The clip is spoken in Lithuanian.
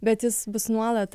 bet jis bus nuolat